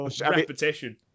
repetition